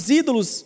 ídolos